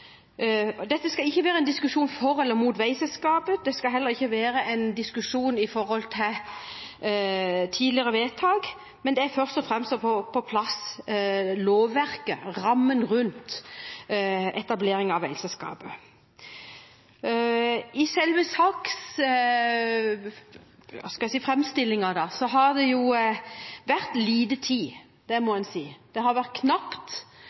skal heller ikke være en diskusjon om tidligere vedtak – en skal først og fremst få på plass lovverket, rammen rundt etableringen av veiselskapet. Til selve saksframstillingen har det vært lite tid – det må en si. Det har vært knapt.